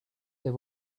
they